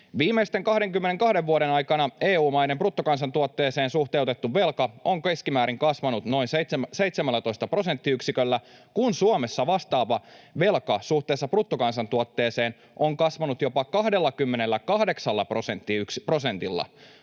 Viimeisten 22 vuoden aikana EU-maiden bruttokansantuotteeseen suhteutettu velka on kasvanut keskimäärin noin 17 prosenttiyksiköllä, kun Suomessa vastaava velka suhteessa bruttokansantuotteeseen on kasvanut jopa 28 prosentilla.